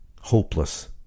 hopeless